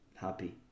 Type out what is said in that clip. happy